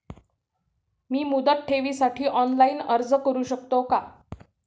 मी मुदत ठेवीसाठी ऑनलाइन अर्ज करू शकतो का?